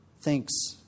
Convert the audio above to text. thanks